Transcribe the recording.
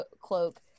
cloak